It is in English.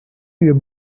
your